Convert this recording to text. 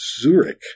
Zurich